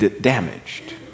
damaged